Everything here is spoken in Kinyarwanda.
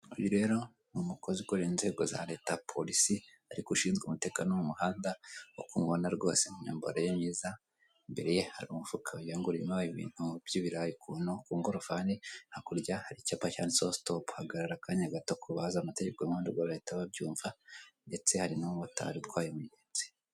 Uyu rero ni umukozi ukorera inzego za leta polisi ariko ushinzwe umutekano mu muhanda, nk'uko umubona rwose mu myambaro ye myiza, imbere ye hari umufuka wagira ngo urimo ibintu by'ibirayi ukuntu ku ngorofani, hakurya hari icyapa cyanditseho sitopu "hagarara akanya gato" ku bazi amategeko y'umuhanda ubwo bo barahita babyumva ndetse hari n'umumotari utwaye umugenzi.